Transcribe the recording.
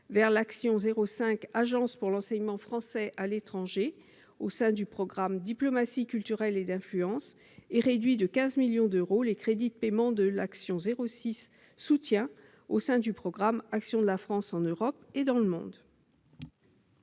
vers l'action n° 05, Agence pour l'enseignement français à l'étranger, au sein du programme « Diplomatie culturelle et d'influence » et à réduire de 15 millions d'euros les crédits de paiement de l'action n° 06, Soutien, au sein du programme « Action de la France en Europe et dans le monde